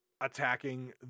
attacking